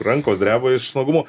rankos dreba iš naglumo